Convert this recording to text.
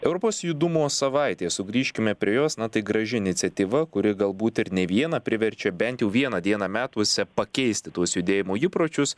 europos judumo savaitė sugrįžkime prie jos na tai graži iniciatyva kuri galbūt ir ne vieną priverčia bent jau vieną dieną metuose pakeisti tuos judėjimo įpročius